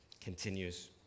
continues